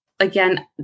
Again